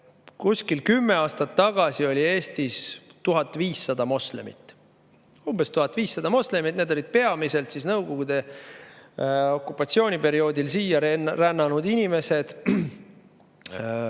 Kuskil kümme aastat tagasi oli Eestis umbes 1500 moslemit. Need olid peamiselt Nõukogude okupatsiooni perioodil siia rännanud inimesed.